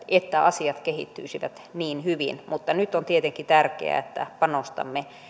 että asiat kehittyisivät niin hyvin mutta nyt on tietenkin tärkeää että panostamme